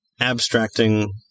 abstracting